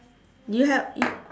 you have you